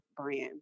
brands